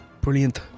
Brilliant